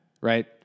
right